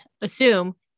assume